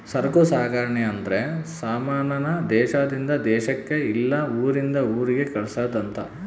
ಸರಕು ಸಾಗಣೆ ಅಂದ್ರೆ ಸಮಾನ ನ ದೇಶಾದಿಂದ ದೇಶಕ್ ಇಲ್ಲ ಊರಿಂದ ಊರಿಗೆ ಕಳ್ಸದ್ ಅಂತ